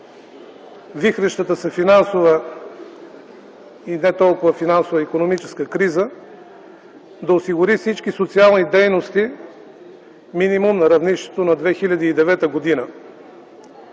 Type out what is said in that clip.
вихрещата се финансова и не толкова финансова и икономическа криза, да осигури всички социални дейности минимум на равнището на 2009 г.